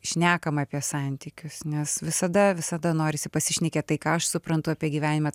šnekama apie santykius nes visada visada norisi pasišnekėt tai ką aš suprantu apie gyvenimą